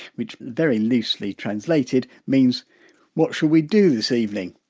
which very loosely translated means what shall we do this evening.